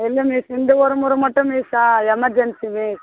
இல்லை மிஸ் இந்த ஒரு முறை மட்டும் மிஸ்ஸா எமர்ஜென்சி மிஸ்